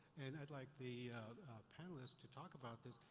and i'd like the panelists to talk about this,